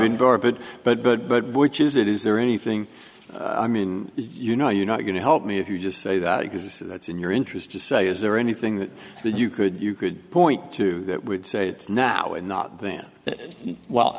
bore but but but but which is it is there anything i mean you know you're not going to help me if you just say that because that's in your interest to say is there anything that you could you could point to that would say it's now and not then